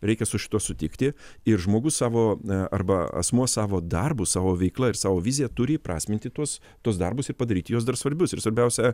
reikia su šituo sutikti ir žmogus savo arba asmuo savo darbu savo veikla ir savo vizija turi įprasminti tuos tuos darbus ir padaryti juos dar svarbius ir svarbiausia